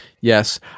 Yes